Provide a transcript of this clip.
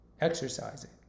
exercising